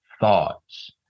thoughts